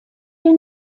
your